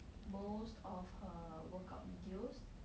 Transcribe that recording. most of her workout videos